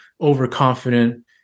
overconfident